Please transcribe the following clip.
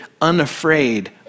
unafraid